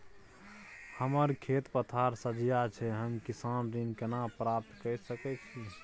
हमर खेत पथार सझिया छै हम किसान ऋण केना प्राप्त के सकै छी?